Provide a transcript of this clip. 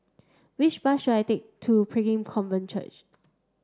which bus should I take to Pilgrim Covenant Church